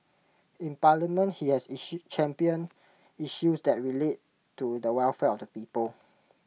in parliament he has championed issues that relate to the welfare the people